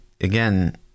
again